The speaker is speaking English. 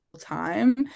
time